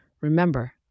Remember